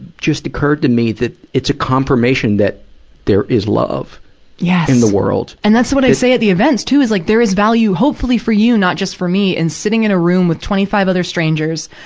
just occurred to me that it's a confirmation that there is love yeah in the world lucy and that's what i say at the events, too, is, like, there is value, hopefully for you, not just for me, in sitting in a room with twenty five other strangers,